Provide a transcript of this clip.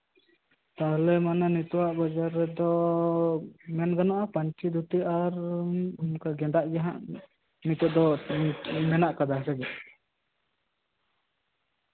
ᱛᱟᱦᱚᱞᱮ ᱢᱮᱱ ᱜᱟᱱᱚᱜᱼᱟ ᱱᱤᱛᱚᱜᱼᱟ ᱵᱟᱡᱟᱨ ᱨᱮᱫᱚ ᱯᱟᱧᱪᱤ ᱫᱷᱩᱛᱤ ᱟᱨ ᱜᱮᱸᱫᱟᱜ ᱜᱮᱦᱟᱜ ᱢᱮᱱᱟᱜ ᱠᱟᱫᱟ ᱥᱮᱪᱮᱜ